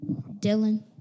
Dylan